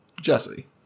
Jesse